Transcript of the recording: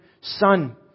Son